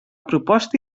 proposta